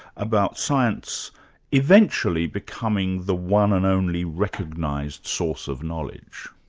about science eventually becoming the one and only recognised source of knowledge?